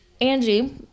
Angie